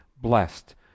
blessed